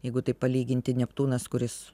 jeigu taip palyginti neptūnas kuris